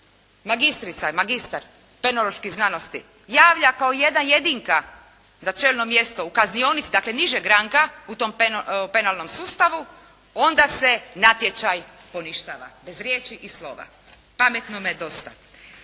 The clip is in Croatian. magistrica ili magistar penoloških znanosti javlja kao jedna jedinka za čelno mjesto u kaznionici, dakle nižeg ranga u tom penalnom sustavu onda se natječaj poništava bez riječi i slova. Pametnome dosta.